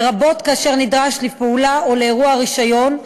לרבות כאשר נדרש לפעולה או לאירוע רישיון,